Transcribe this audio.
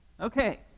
Okay